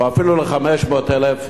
או אפילו ל-500,000,